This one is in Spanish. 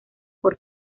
por